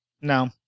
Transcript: No